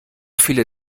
viele